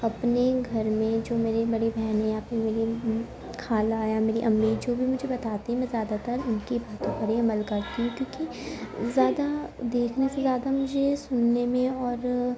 اپنے گھر میں جو میری بڑی بہن ہے یا پھر میری خالہ ہے میری امی جو بھی مجھے بتاتی ہیں میں زیادہ تر ان کی باتوں پر ہی عمل کرتی تھی کہ زیادہ دیکھنے سے زیادہ مجھے سننے میں اور